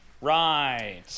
Right